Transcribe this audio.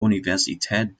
universität